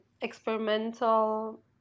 experimental